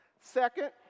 Second